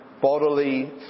bodily